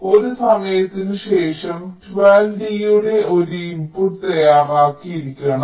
അതിനാൽ ഒരു സമയത്തിന് ശേഷം 12 D യുടെ ഈ ഇൻപുട്ട് തയ്യാറായിരിക്കണം